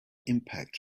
impact